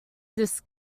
this